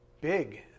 big